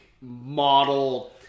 model